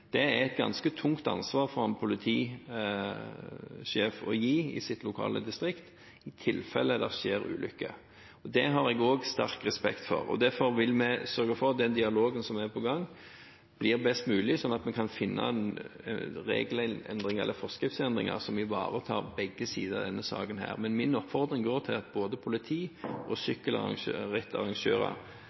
Det er et ganske tungt ansvar for en politisjef å gi i sitt lokale distrikt, i tilfelle det skjer ulykker. Det har jeg også sterk respekt for, og derfor vil vi sørge for at den dialogen som er på gang, blir best mulig, sånn at vi kan finne regelendringer eller forskriftsendringer som ivaretar begge sider i denne saken her. Men min oppfordring går på at både politi og